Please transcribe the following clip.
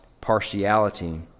partiality